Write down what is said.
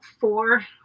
four